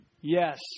Yes